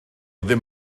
ddim